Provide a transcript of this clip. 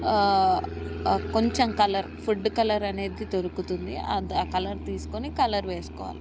కొంచెం colour food colour అనేది దొరుకుతుంది ఆ కలర్ తీసుకొని కలర్ వేసుకోవాలి